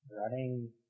running